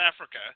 Africa